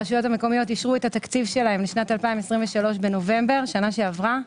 הרשויות המקומיות אישרו תקציבן לשנת 23' בנובמבר שנה שעברה.